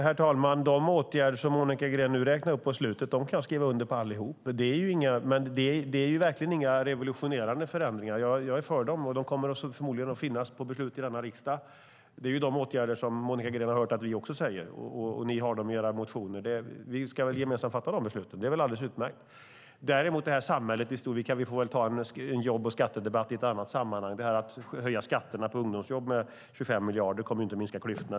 Herr talman! De åtgärder som Monica Green räknade upp på slutet kan jag skriva under på allihop. Det är verkligen inga revolutionerande förändringar. Jag är för dem, och de kommer förmodligen att finnas till beslut i denna riksdag. Det är ju de åtgärder som Monica Green har hört att vi också talar om. Ni har dem i era motioner. Vi ska väl gemensamt fatta de besluten. Det är alldeles utmärkt. När det däremot gäller det här samhället i stort får vi väl ta en jobb och skattedebatt i ett annat sammanhang. Att höja skatterna på ungdomsjobb med 25 miljarder kommer inte att minska klyftorna.